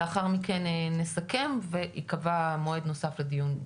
לאחר מכן נסכם וייקבע מועד נוסף לדיון.